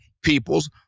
peoples